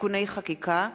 פקודת סדר הדין הפלילי (מעצר וחיפוש) (עיון בצווי חיפוש),